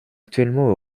actuellement